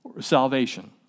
salvation